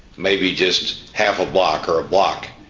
maybe just half a block, or a block,